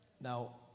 Now